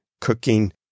cooking